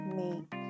make